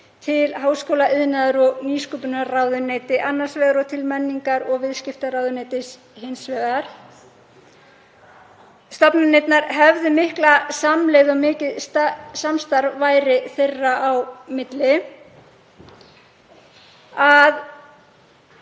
til háskóla-, iðnaðar- og nýsköpunarráðuneytis annars vegar og menningar- og viðskiptaráðuneytis hins vegar. Stofnanirnar hefðu mikla samlegð og mikið samstarf væri þeirra á milli. Að